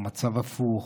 או במצב הפוך,